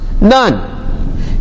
None